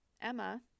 Emma